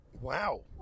Wow